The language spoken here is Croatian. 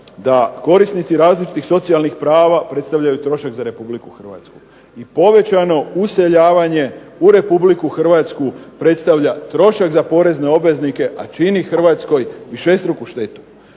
da korisnici različitih socijalnih prava predstavljaju trošak za Republiku Hrvatsku, i povećano useljavanje u Republiku Hrvatsku predstavlja trošak za porezne obveznike, a čini Hrvatskoj višestruku štetu.